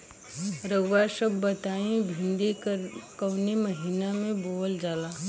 रउआ सभ बताई भिंडी कवने महीना में बोवल जाला?